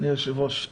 אדוני היושב-ראש,